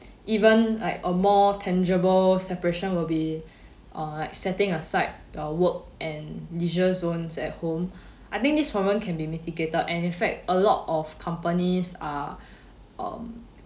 even like a more tangible separation will be uh like setting aside your work and leisure zones at home I think this problem can be mitigated and efn fact a lot of companies are um